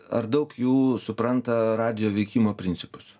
ar daug jų supranta radijo veikimo principus